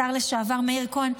השר לשעבר מאיר כהן,